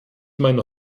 meine